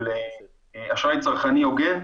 אשראי צרכני הוגן.